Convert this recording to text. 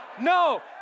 no